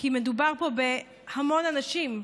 כי מדובר פה בהמון אנשים.